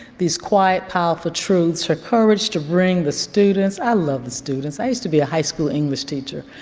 these quiet powerful truths, her courage to bring the students. i love the students. i used to be a high school english teacher,